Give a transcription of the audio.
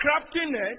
craftiness